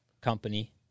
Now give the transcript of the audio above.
company